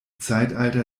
zeitalter